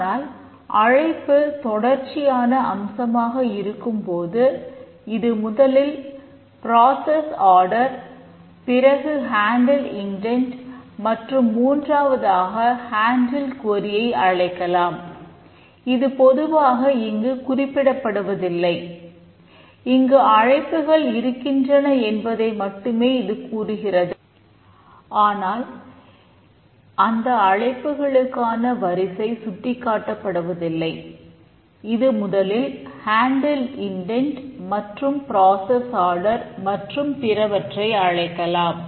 ஆனால் அழைப்பு தொடர்ச்சியான அம்சமாக இருக்கும் போது இது முதலில் பிராசஸ் ஆர்டர் மற்றும் பிறவற்றை அழைக்கலாம்